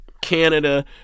Canada